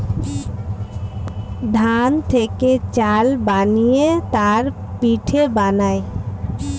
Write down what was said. ধান থেকে চাল বানিয়ে তার পিঠে বানায়